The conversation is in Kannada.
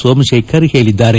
ಸೋಮಶೇಖರ್ ಹೇಳದ್ದಾರೆ